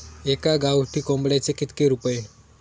एका गावठी कोंबड्याचे कितके रुपये?